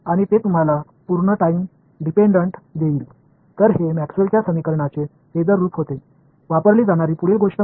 எனவே அவை மேக்ஸ்வெல்லின் Maxwell's சமன்பாடுகளின் பேஸர் வடிவங்களாக இருந்தன D மற்றும் EB மற்றும் H மற்றும் மின்னோட்டத்தை நான் எவ்வாறு தொடர்புபடுத்துவது என்பது அடுத்த விஷயம்